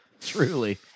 truly